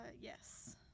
yes